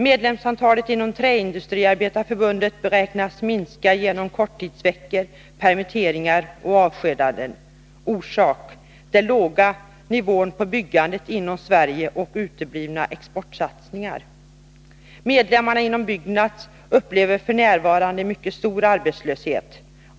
Medlemsantalet inom Träindustriarbetareförbundet beräknas minska genom korttidsveckor, permitteringar och avskedanden. Orsak: den låga nivån på byggandet inom Sverige och uteblivna exportsatsningar. Medlemmarna inom Byggnads upplever f. n. en mycket stor arbetslöshet.